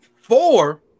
Four